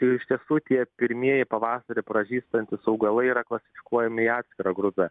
ir iš tiesų tie pirmieji pavasarį pražystantys augalai yra klasifikuojami į atskirą grupę